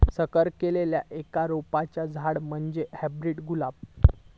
संकर केल्लल्या एका रोपाचा झाड म्हणजे हायब्रीड गुलाब